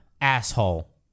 Asshole